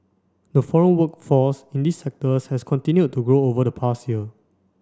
the foreign workforce in these sectors has continued to grow over the past year